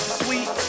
sweet